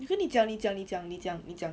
okay 你讲你讲你讲